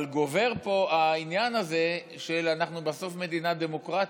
אבל גובר פה העניין שאנחנו בסוף מדינה דמוקרטית,